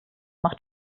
macht